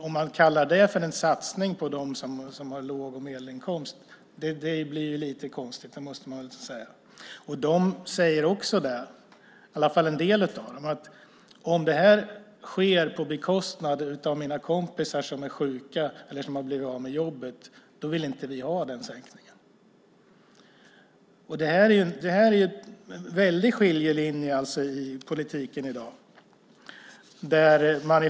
Om man kallar det för en satsning på dem som har låg och medelinkomst blir det lite konstigt. En del av dem säger också att om det här sker på bekostnad av deras kompisar som är sjuka eller som har blivit av med jobbet vill de inte ha denna sänkning. Här går i dag en väldig skiljelinje i politiken.